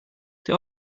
der